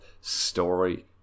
story